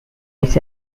its